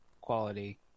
quality